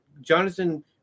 Jonathan